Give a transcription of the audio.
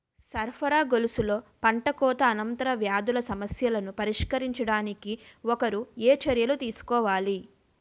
సరఫరా గొలుసులో పంటకోత అనంతర వ్యాధుల సమస్యలను పరిష్కరించడానికి ఒకరు ఏ చర్యలు తీసుకోవాలి?